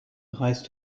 reichst